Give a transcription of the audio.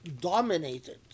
dominated